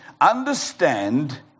understand